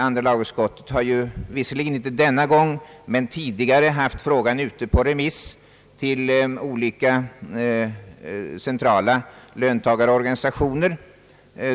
Andra lagutskottet har visserligen inte denna gång men tidigare haft frågan ute på remiss till olika centrala löntagarorganisationer.